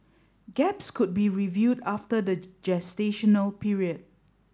gaps could be reviewed after the gestational period